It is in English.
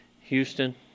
Houston